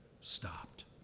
stopped